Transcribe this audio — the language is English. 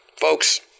folks